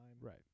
Right